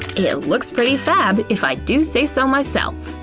it looks pretty fab, if i do say so myself!